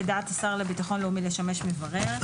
לדעת השר לביטחון לאומי לשמש מברר.